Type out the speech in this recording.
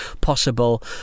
possible